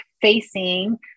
facing